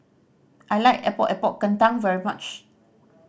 I like Epok Epok Kentang very much